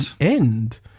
end